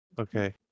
Okay